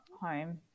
home